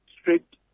strict